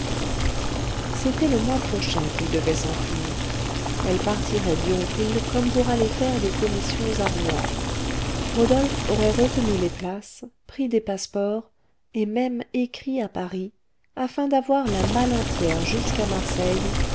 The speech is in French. c'était le mois prochain qu'ils devaient s'enfuir elle partirait d'yonville comme pour aller faire des commissions à rouen rodolphe aurait retenu les places pris des passeports et même écrit à paris afin d'avoir la malle entière jusqu'à marseille